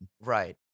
Right